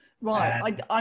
Right